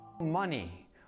Money